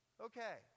okay